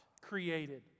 created